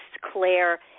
Claire